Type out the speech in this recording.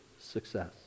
success